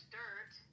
dirt